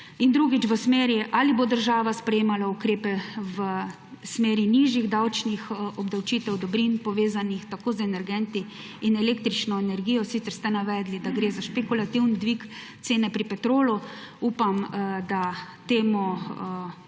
gretje, in v smeri sprejemanja ukrepov za nižje davčne obdavčitve dobrin, povezanih tako z energenti in električno energijo, sicer ste navedli, da gre za špekulativni dvig cene pri Petrolu – upam, da tega